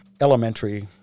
elementary